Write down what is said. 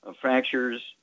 Fractures